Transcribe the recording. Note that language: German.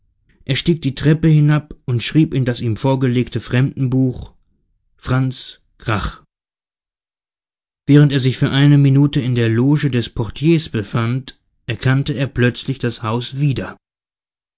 er stieg die treppe hinab und schrieb in das ihm vorgelegte fremdenbuch franz grach während er sich für eine minute in der loge des portiers befand erkannte er plötzlich das haus wieder